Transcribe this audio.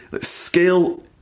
Scale